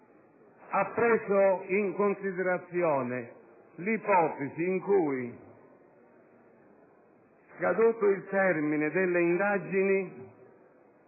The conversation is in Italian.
Ha preso in considerazione l'ipotesi in cui, scaduto il termine delle indagini,